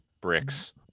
Bricks